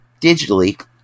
digitally